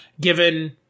given